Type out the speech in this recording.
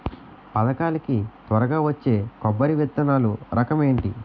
పథకాల కి త్వరగా వచ్చే కొబ్బరి విత్తనాలు రకం ఏంటి?